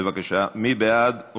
בבקשה, מי בעד?